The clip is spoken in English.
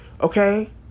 okay